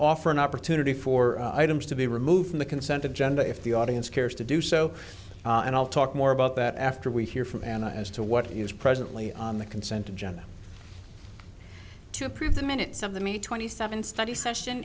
offer an opportunity for items to be removed from the consent of gender if the audience cares to do so and i'll talk more about that after we hear from ana as to what is presently on the consent agenda to improve the minutes of the me twenty seven study session